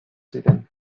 ziren